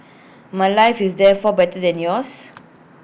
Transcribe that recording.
my life is therefore better than yours